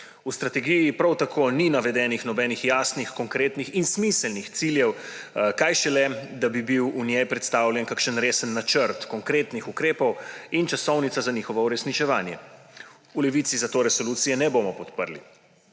V strategiji prav tako ni navedenih nobenih jasnih, konkretnih in smiselnih ciljev, kaj šele da bi bil v njej predstavljen kakšen resen načrt konkretnih ukrepov in časovnica za njihovo uresničevanje. V Levici zato resolucije ne bomo podprli.